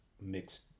mixed